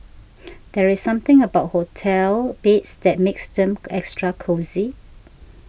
there's something about hotel beds that makes them extra cosy